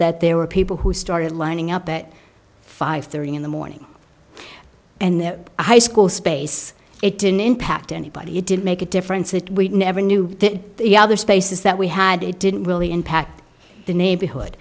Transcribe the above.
that there were people who started lining up at five thirty in the morning and high school space it didn't impact anybody it didn't make a difference that we never knew the other spaces that we had it didn't really impact the neighborhood